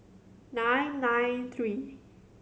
nine nine three